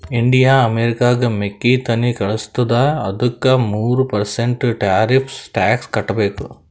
India ಅಮೆರಿಕಾಗ್ ಮೆಕ್ಕಿತೆನ್ನಿ ಕಳುಸತ್ತುದ ಅದ್ದುಕ ಮೂರ ಪರ್ಸೆಂಟ್ ಟೆರಿಫ್ಸ್ ಟ್ಯಾಕ್ಸ್ ಕಟ್ಟಬೇಕ್